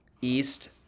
East